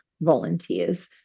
volunteers